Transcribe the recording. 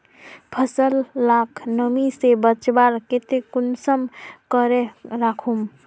फसल लाक नमी से बचवार केते कुंसम करे राखुम?